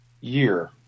year